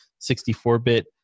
64-bit